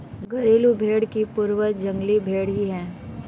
घरेलू भेंड़ के पूर्वज जंगली भेंड़ ही है